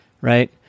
Right